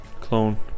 clone